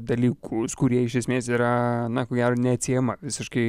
dalykus kurie iš esmės yra na ko gero neatsiejama visiškai